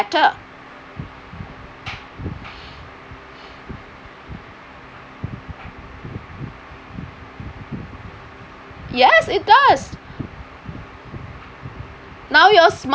better yes it does now your smartphone